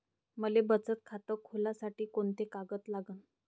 मले बचत खातं खोलासाठी कोंते कागद लागन?